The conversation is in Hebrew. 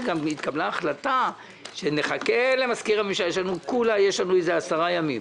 כשגם התקבלה ההחלטה שנחכה למזכיר הממשלה יש לנו רק 10 ימים